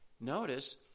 notice